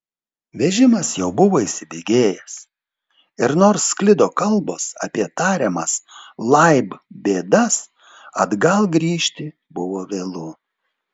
vežimas jau buvo įsibėgėjęs ir nors sklido kalbos apie tariamas laib bėdas atgal grįžti buvo vėlu